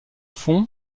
fond